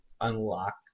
unlock